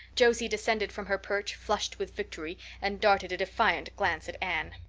josie descended from her perch, flushed with victory, and darted a defiant glance at anne.